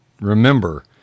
remember